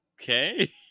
Okay